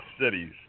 cities